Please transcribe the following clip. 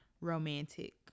romantic